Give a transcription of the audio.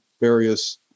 various